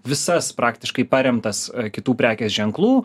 visas praktiškai paremtas kitų prekės ženklų